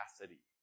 capacity